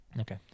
Okay